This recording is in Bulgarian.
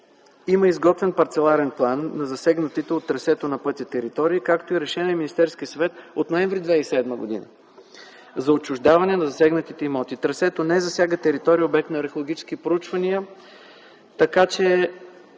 има изготвен парцеларен план на засегнатите от трасето на пътя територии, както и решение на Министерския съвет от ноември 2007 г. за отчуждаване на засегнатите имоти. Трасето не засяга територии, обект на археологически проучвания, така че